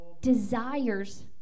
desires